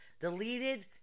deleted